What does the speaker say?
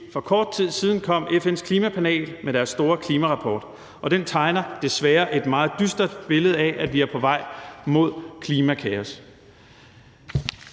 For kort tid siden kom FN's klimapanel med deres store klimarapport, og den tegner desværre et meget dystert billede af, at vi er på vej mod klimakaos.